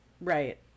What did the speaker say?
Right